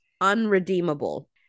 unredeemable